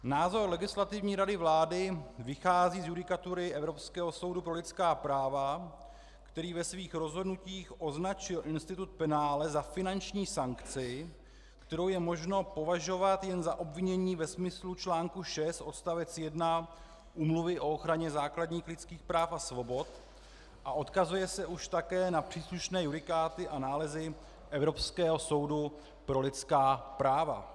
Názor Legislativní rady vlády vychází z judikatury Evropského soudu pro lidská práva, který ve svých rozhodnutích označil institut penále za finanční sankci, kterou je možno považovat jen za obvinění ve smyslu článku 6 odst. 1 Úmluvy o ochraně základních lidských práva a svobod, a odkazuje se už také na příslušné judikáty a nálezy Evropského soudu pro lidská práva.